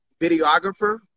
videographer